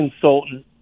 consultant